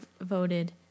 voted